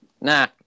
Nah